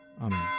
Amen